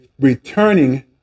returning